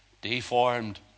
deformed